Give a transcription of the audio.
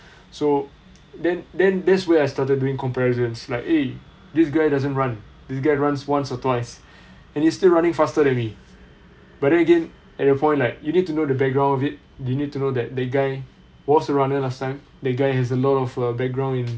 so then then that's when I started doing comparisons like eh this guy doesn't run this guy runs once or twice and they still running faster than me but then again at that point like you need to know the background of it you need to know that the guy was a runner last time that guy has a lot of uh background in